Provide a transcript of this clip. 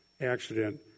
accident